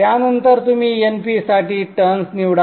त्यानंतर तुम्ही Np साठी टर्न्स निवडा